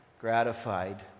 gratified